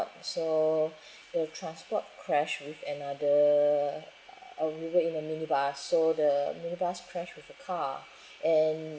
so the transport crash with another uh a mover in the mini bus so the mini bus crash with the car and